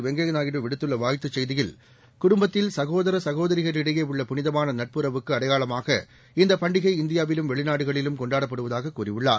வெங்கய்யா நாயுடு விடுத்துள்ள வாழ்த்து செய்தியில் குடும்பத்தில் சகோதரிகளிடையே உள்ள புனிதமான நட்புறவுக்கு அடையாளமாக இந்தப் பண்டிகை இந்தியாவிலும் வெளிநாடுகளிலும் கொண்டாடப்படுவதாக கூறியுள்ளார்